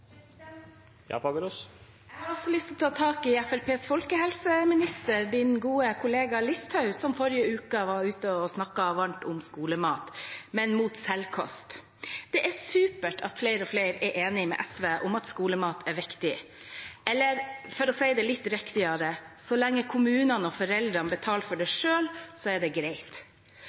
Jeg har også lyst til å ta tak i Fremskrittspartiets folkehelseminister, statsrådens gode kollega Listhaug, som i forrige uke var ute og snakket varmt om skolemat – men mot selvkost. Det er supert at flere og flere er enig med SV i at skolemat er viktig. Eller for å si det litt riktigere: Så lenge kommunene og foreldrene betaler for det selv, er det greit.